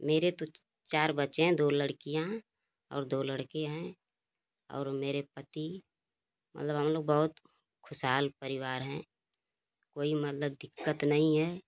मेरे तो चार बच्चे हैं दो लड़कियाँ और दो लड़के हैं और मेरे पति मलब हमलोग बहुत खुशहाल परिवार हैं कोई मतलब दिक्कत नहीं है